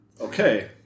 Okay